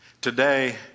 Today